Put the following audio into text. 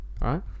Right